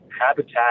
habitat